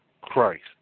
Christ